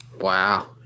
wow